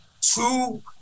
Two